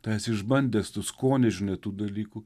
tu esi išbandęs tu skonį žinai tų dalykų